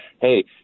hey